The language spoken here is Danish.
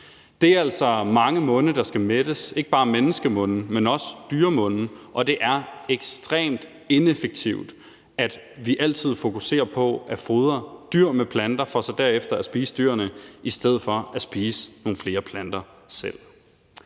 Det er altså mange munde, der skal mættes – ikke bare menneskemunde, men også dyremunde – og det er ekstremt ineffektivt, at vi altid fokuserer på at fodre dyr med planter for så derefter at spise dyrene i stedet for at spise nogle flere planter selv.